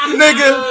nigga